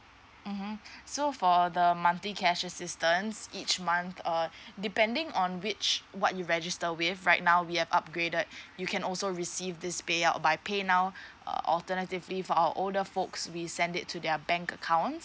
mmhmm so for the monthly cash assistants each month uh depending on which what you register with right now we have upgraded you can also receive this payout by paynow err alternatively for our older folks we send it to their bank accounts